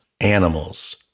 Animals